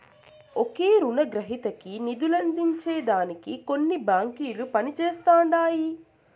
ఒకే రునగ్రహీతకి నిదులందించే దానికి కొన్ని బాంకిలు పనిజేస్తండాయి